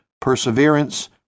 perseverance